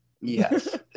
yes